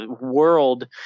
world